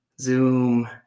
Zoom